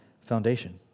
foundation